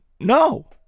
no